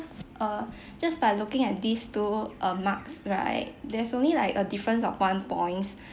uh just by looking at these two uh marks right there's only like a difference of one points